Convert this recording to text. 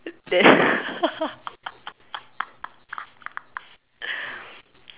then